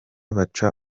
baca